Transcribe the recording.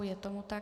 Je tomu tak.